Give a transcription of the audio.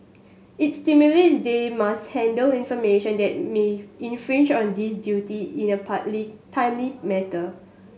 it stipulates they must handle information that may infringe on this duty in a partly timely matter